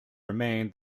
remain